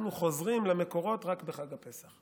אנחנו חוזרים למקורות רק בחג הפסח.